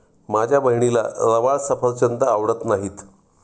माझ्या बहिणीला रवाळ सफरचंद आवडत नाहीत